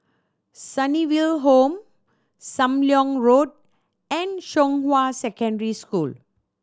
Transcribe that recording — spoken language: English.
Sunnyville Home Sam Leong Road and Zhonghua Secondary School